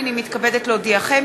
הנני מתכבדת להודיעכם,